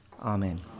amen